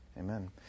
Amen